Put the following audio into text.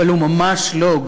אבל הוא ממש לא,